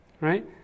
right